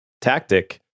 tactic